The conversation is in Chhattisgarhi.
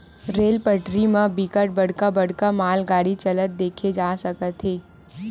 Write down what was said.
रेल पटरी म बिकट बड़का बड़का मालगाड़ी चलत देखे जा सकत हे